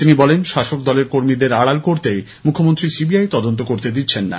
তিনি বলেন শাসক দলের কর্মীদের আড়াল করতেই মুখ্যমন্ত্রী সিবিআই তদন্ত করতে দিচ্ছেন না